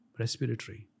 respiratory